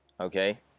okay